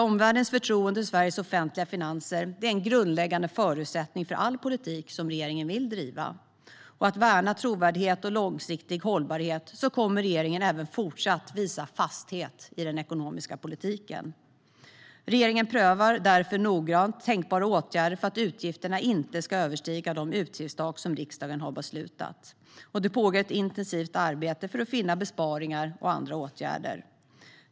Omvärldens förtroende för Sveriges offentliga finanser är en grundläggande förutsättning för all politik som regeringen vill driva, och för att värna trovärdighet och långsiktig hållbarhet kommer regeringen även fortsatt att visa fasthet i den ekonomiska politiken. Regeringen prövar därför noggrant tänkbara åtgärder för att utgifterna inte ska överstiga de utgiftstak som riksdagen har beslutat, och det pågår ett intensivt arbete för att finna besparingar och andra åtgärder.